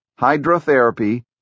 hydrotherapy